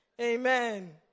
Amen